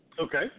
Okay